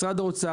משרד האוצר.